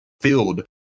Filled